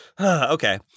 Okay